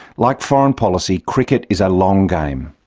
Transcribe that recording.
like foreign policy, cricket is a long game.